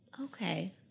Okay